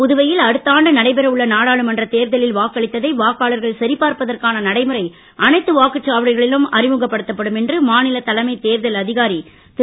புதுவையில் அடுத்தாண்டு நடைபெறவுள்ள நாடாளுமன்ற தேர்தலில் வாக்களித்ததை வாக்காளர்கள் சரிப்பார்ப்பதற்கான நடைமுறை அனைத்து வாக்குச்சாவடிகளிலும் அறிமுகப்படுத்தப்படும் என்று மாநில தலைமை தேர்தல் அதிகாரி திரு